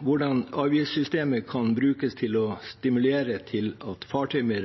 hvordan avgiftssystemet kan brukes til å stimulere til at fartøy med